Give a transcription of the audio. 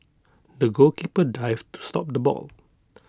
the goalkeeper dived to stop the ball